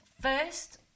first